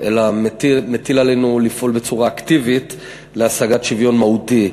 אלא מטיל עלינו לפעול בצורה אקטיבית להשגת שוויון מהותי.